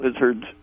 lizards